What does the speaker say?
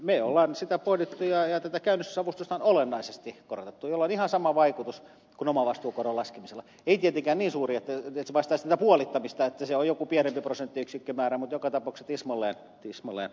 me olemme sitä pohtineet ja on olennaisesti korotettu tätä käynnistysavustusta jolla on ihan sama vaikutus kuin omavastuukoron laskemisella ei tietenkään niin suuri että se vastaisi puolittamista se on joku pienempi prosenttiyksikkömäärä mutta joka tapauksessa tismalleen sama vaikutus